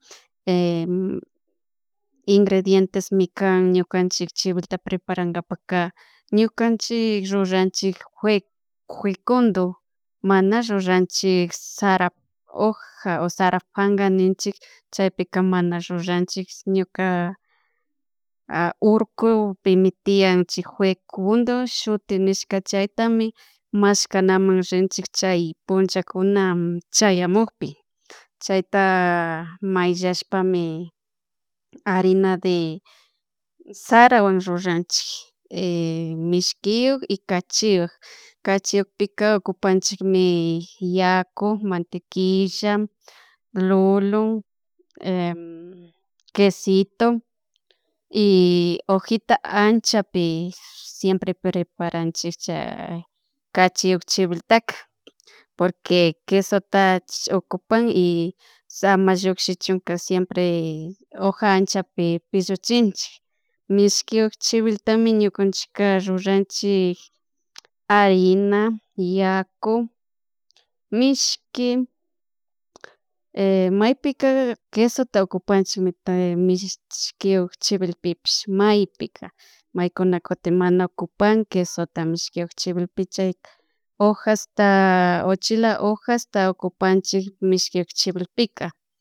ingredientesmi kan ñukanchik chiwilta preparankapaka ñukanchik ruranchik juekundo mana ruranchik sara hoja o sara pankaninchik chaypi mana ruranchik ñuka urkupimi tian chy juecundo shutinishka chaytami mashkanaman rinchik chay punchakuna chayamukpi chayta mayllashpami harina de sarawan ruranchik mishkiyuk y kachiyuk, kachiwakpika ocopanchikmi yaku, mantequilla, lulun, quesito y hojita anchapi siempre pareparanchik chay cachiyuk chiwiltaka porque quesota ocupan y sama llukshichunka siempre hoja anchapi pilluchinchik, mishkiyuk chibiltami ñukanchik rruranchik harina, yaku, mishki, maypika quesota ocupanchik mishkiyuk chiwilpipish maypika maykuna kutin mana ocupan quesota mishkiyuk chiwilpi chayta hojasta uchilla hojasta ocupanchik mishkiyuk chiwilpika.